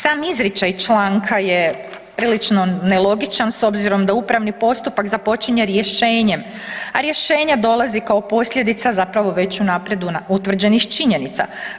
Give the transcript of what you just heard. Sam izričaj članka je prilično nelogičan s obzirom da upravni postupak započinje rješenjem, a rješenje dolazi kao posljedica zapravo već unaprijed utvrđenih činjenica.